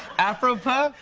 afro puffs?